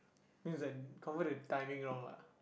means that confirm the timing wrong lah